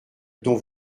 dont